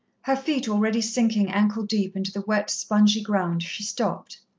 her feet already sinking ankle-deep into the wet, spongy ground, she stopped.